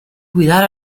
cuidar